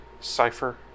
cipher